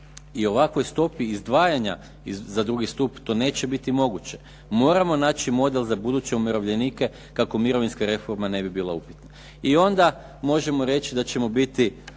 i ovakvoj stopi izdvajanja za drugi stup to neće biti moguće. Moramo naći model za buduće umirovljenike kako mirovinska reforma ne bila upitna. I ona možemo reći da ćemo biti